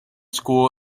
school